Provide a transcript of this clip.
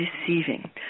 deceiving